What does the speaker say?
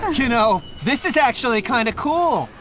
you know, this is actually kind of cool.